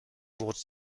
wurde